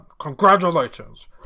congratulations